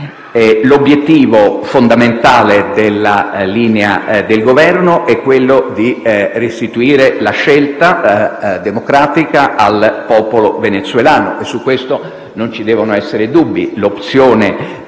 L'obiettivo fondamentale della linea del Governo è restituire la scelta democratica al popolo venezuelano. Su questo non ci devono essere dubbi.